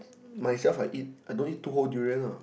myself I eat I don't eat two whole durians ah